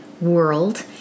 world